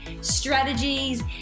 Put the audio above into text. strategies